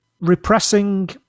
repressing